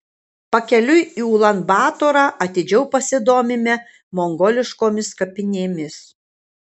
pakeliui į ulan batorą atidžiau pasidomime mongoliškomis kapinėmis